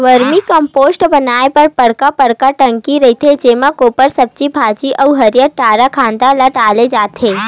vermi compost बनाए बर बड़का बड़का टंकी रहिथे जेमा गोबर, सब्जी भाजी अउ हरियर डारा खांधा ल डाले जाथे